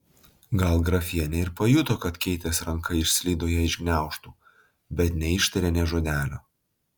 gal grafienė ir pajuto kad keitės ranka išslydo jai iš gniaužtų bet neištarė nė žodelio